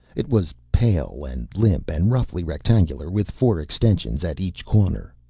it was pale and limp and roughly rectangular with four extensions at each corner.